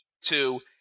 Two